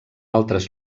altres